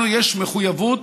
לנו יש מחויבות